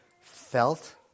felt